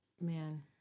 man